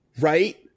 right